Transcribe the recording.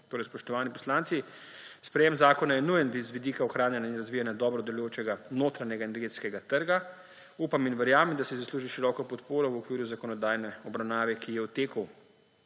Spoštovani poslanci, sprejetje zakona je nujno z vidika ohranjanja in razvijanja dobro delujočega notranjega energetskega trga. Upam in verjamem, da si zasluži široko podporo v okviru zakonodajne obravnave, ki je v teku.